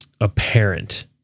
apparent